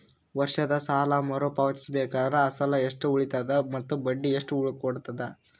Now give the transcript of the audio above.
ವರ್ಷದ ಸಾಲಾ ಮರು ಪಾವತಿಸಬೇಕಾದರ ಅಸಲ ಎಷ್ಟ ಉಳದದ ಮತ್ತ ಬಡ್ಡಿ ಎಷ್ಟ ಉಳಕೊಂಡದ?